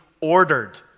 ordered